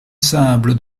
sable